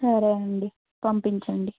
సరే అండి పంపించండి